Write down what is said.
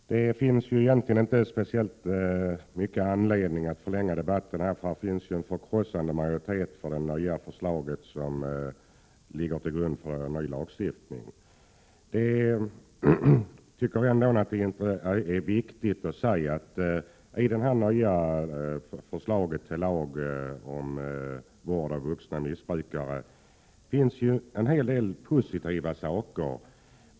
Herr talman! Det finns egentligen inte speciellt stor anledning att förlänga debatten, eftersom här råder en förkrossande majoritet för det förslag som ligger till grund för en ny lagstiftning. Jag tycker ändå att det är viktigt att säga att det i förslaget till ny lag om vård av vuxna missbrukare finns en hel del positivt.